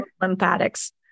lymphatics